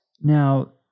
Now